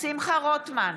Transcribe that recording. שמחה רוטמן,